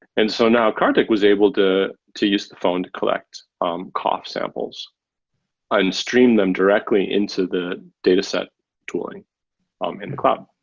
and so now, kartik was able to to use the phone to collect um cough samples and stream them directly into the dataset tooling um in the cloud.